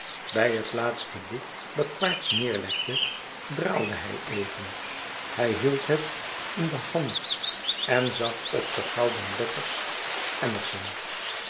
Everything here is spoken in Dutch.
bij het laatste boek dat quaerts neêrlegde draalde hij even hij hield het in de hand hij zag op de gouden letters